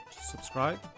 subscribe